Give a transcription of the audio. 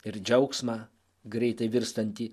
ir džiaugsmą greitai virstantį